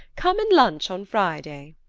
come and lunch on friday.